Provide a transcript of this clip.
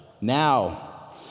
Now